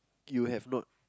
you have not